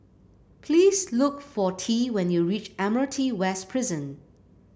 please look for Tea when you reach Admiralty West Prison